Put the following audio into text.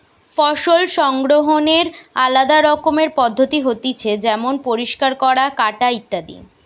ফসল সংগ্রহনের আলদা রকমের পদ্ধতি হতিছে যেমন পরিষ্কার করা, কাটা ইত্যাদি